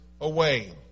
away